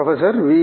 professor V